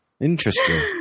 Interesting